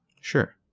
Sure